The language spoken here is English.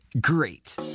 Great